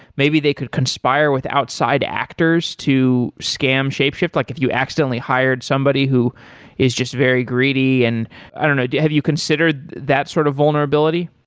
maybe they could conspire with outside actors to scam shapeshift, like if you accidentally hired somebody who is just very greedy and i don't know. have you considered that sort of vulnerability?